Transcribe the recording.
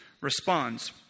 responds